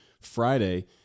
Friday